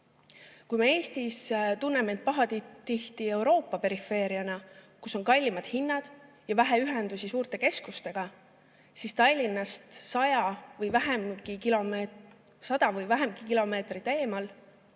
Kui me Eestis tunneme end pahatihti Euroopa perifeeriana, kus on kallimad hinnad ja vähe ühendusi suurte keskustega, siis Tallinnast sada või vähemgi kilomeetrit eemal,